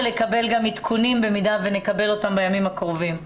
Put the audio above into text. ולקבל גם עדכונים במידה ונקבל אותם בימים הקרובים.